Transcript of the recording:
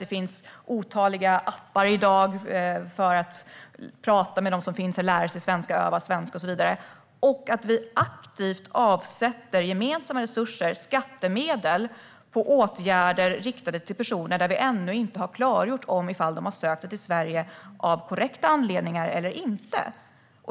Det finns i dag otaliga appar för att lära sig och öva på svenska. Jag ser en väldigt stor skillnad mellan det och att aktivt avsätta gemensamma resurser, skattemedel, på åtgärder riktade till personer där det ännu inte är klargjort om de har sökt sig till Sverige av korrekt anledning eller inte.